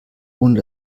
ohne